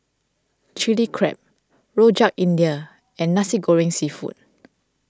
Chilli Crab Rojak India and Nasi Goreng Seafood